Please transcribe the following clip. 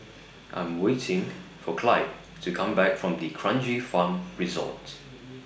I'm waiting For Clyde to Come Back from D'Kranji Farm Resort